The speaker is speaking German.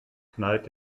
knallt